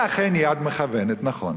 זו אכן יד מכוונת, נכון.